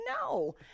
no